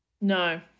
No